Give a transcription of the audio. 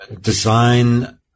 design